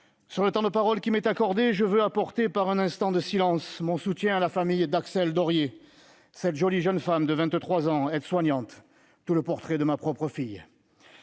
du temps de parole qui m'est accordé à apporter, par un instant de silence, mon soutien à la famille d'Axelle Dorier, cette jolie jeune femme, aide-soignante de 23 ans, qui est tout le portrait de ma propre fille.